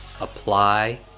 apply